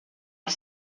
els